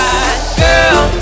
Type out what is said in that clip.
Girl